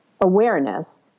awareness